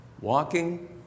Walking